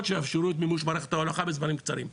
שיאפשרו את מימוש מערכת ההולכה בזמנים קצרים.